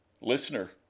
Listener